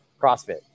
CrossFit